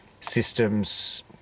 systems